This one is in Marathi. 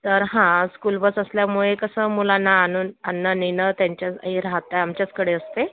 तर हां स्कूल बस असल्यामुळे कसं मुलांना आणून आणणं नेणं त्यांच्या हे राहतं आमच्याचकडे असते